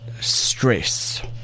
stress